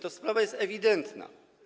Ta sprawa jest ewidentna.